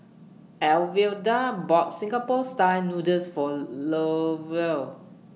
Alwilda bought Singapore Style Noodles For Lovell